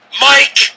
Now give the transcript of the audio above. Mike